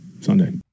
Sunday